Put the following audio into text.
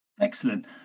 Excellent